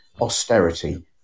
austerity